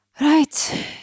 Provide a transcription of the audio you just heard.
Right